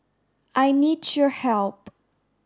I need your help